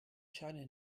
scheine